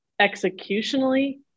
executionally